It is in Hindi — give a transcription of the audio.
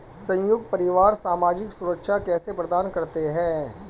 संयुक्त परिवार सामाजिक सुरक्षा कैसे प्रदान करते हैं?